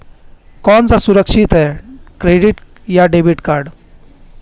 कौन सा सुरक्षित है क्रेडिट या डेबिट कार्ड?